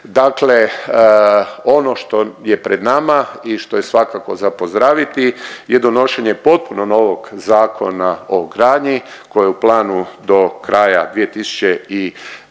dakle ono što je pred nama i što je svakako za pozdraviti je donošenje potpuno novog Zakona o gradnji koji je u planu do kraja 2025.